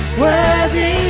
worthy